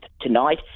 tonight